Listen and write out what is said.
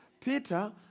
Peter